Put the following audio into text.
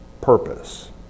purpose